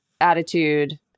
attitude